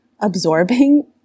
absorbing